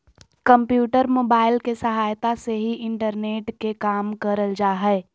computer, mobile के सहायता से ही इंटरनेट के काम करल जा हय